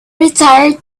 retired